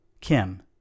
Kim